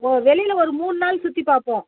இப்போ வெளியில் ஒரு மூணு நாள் சுற்றி பார்ப்போம்